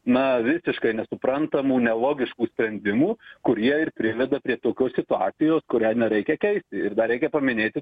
na visiškai nesuprantamų nelogiškų sprendimų kurie ir priveda prie tokios situacijos kurią nereikia keisti ir dar reikia paminėti